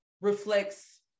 reflects